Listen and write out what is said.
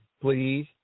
please